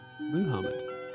Muhammad